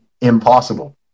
impossible